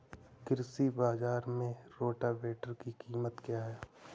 कृषि बाजार में रोटावेटर की कीमत क्या है?